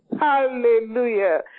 Hallelujah